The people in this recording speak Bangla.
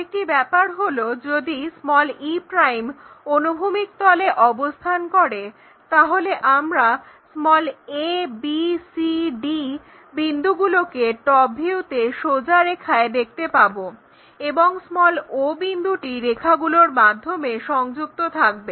আরেকটি ব্যাপার হলো যদি e অনুভূমিক তলে অবস্থান করে তাহলে আমরা a b c d বিন্দুগুলোকে টপ ভিউতে সোজা রেখায় দেখতে পাবো এবং o বিন্দুটি রেখাগুলোর মাধ্যমে সংযুক্ত থাকবে